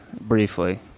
briefly